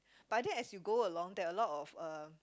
but then as you go along there are a lot of uh